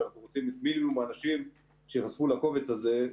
שאנחנו רוצים מינימום אנשים שייחשפו לקובץ הזה,